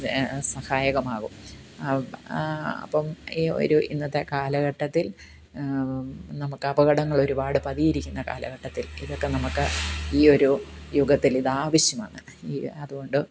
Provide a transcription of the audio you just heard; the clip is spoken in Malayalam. സഹായകമാവും അപ്പം ഈ ഒരു ഇന്നത്തെ കാലഘട്ടത്തിൽ നമ്മൾക്ക് അപകടങ്ങൾ ഒരുപാട് പതിയിരിക്കുന്ന കാലഘട്ടത്തിൽ ഇതൊക്കെ നമുക്ക് ഈ ഒരു യുഗത്തിൽ ഇതാവശ്യമാണ് ഈ അതുകൊണ്ട്